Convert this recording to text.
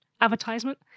Advertisement